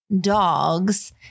dogs